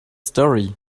story